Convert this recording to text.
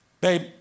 Babe